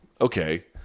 Okay